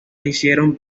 hicieron